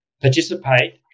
participate